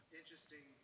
interesting